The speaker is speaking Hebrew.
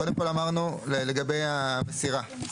קודם כל אמרנו לגבי האצירה.